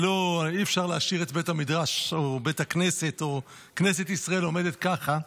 ואי-אפשר להשאיר את בית המדרש או בית הכנסת או כנסת ישראל עומדים ככה,